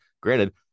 Granted